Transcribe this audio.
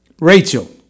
Rachel